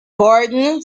gordon